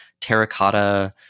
terracotta